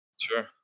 Sure